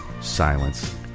silence